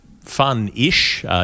fun-ish